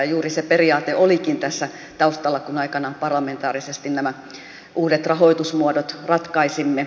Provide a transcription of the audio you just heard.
ja juuri se periaate olikin tässä taustalla kun aikanaan parlamentaarisesti nämä uudet rahoitusmuodot ratkaisimme